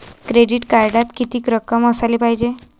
Credit कार्डात कितीक रक्कम असाले पायजे?